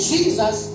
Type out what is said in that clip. Jesus